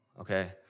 okay